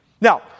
Now